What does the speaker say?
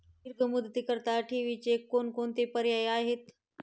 दीर्घ मुदतीकरीता ठेवीचे कोणकोणते पर्याय आहेत?